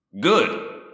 Good